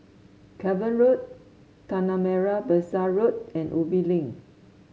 Cavan Road Tanah Merah Besar Road and Ubi Link